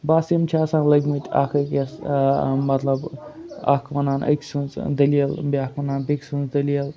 بَس یِم چھِ آسان وٲتۍ مٕتۍ اَکھ أکِس مطلب اَکھ وَنان أکۍ سٕنٛز دٔلیٖل بیٛاکھ وَنان بیٚکہِ سٕنٛز دٔلیٖل